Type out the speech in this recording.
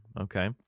Okay